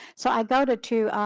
so i go to to